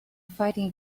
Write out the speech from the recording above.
fighting